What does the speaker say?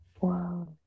Wow